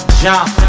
jump